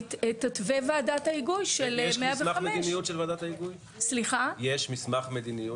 הלאומית תתווה ועדת ההיגוי של 105. יש מסמך מדיניות